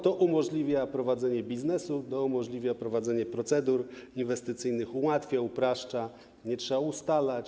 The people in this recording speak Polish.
To umożliwia prowadzenie biznesu, to umożliwia prowadzenie procedur inwestycyjnych, ułatwia, upraszcza, nie trzeba ustalać.